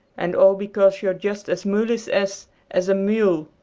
and all because you're just as mulish as, as a mule,